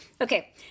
Okay